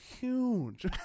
huge